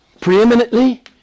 Preeminently